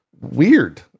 weird